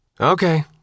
Okay